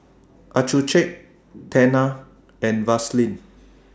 Accucheck Tena and Vaselin